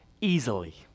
easily